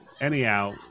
Anyhow